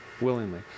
willingly